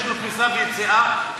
יש לו כניסה ויציאה,